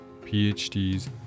PhDs